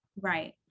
Right